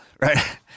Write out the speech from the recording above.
Right